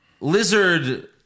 Lizard